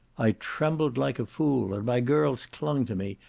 i trembled like a fool, and my girls clung to me,